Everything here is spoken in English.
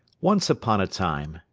once upon a time,